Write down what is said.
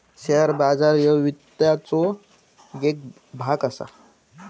share बाजार ह्यो वित्ताचो येक भाग असा